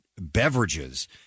beverages